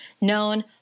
known